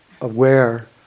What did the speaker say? aware